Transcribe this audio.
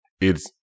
It's-